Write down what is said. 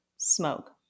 smoke